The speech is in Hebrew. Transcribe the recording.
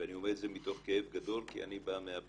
ואני אומר את זה מתוך כאב גדול כי אני בא מהפריפריה,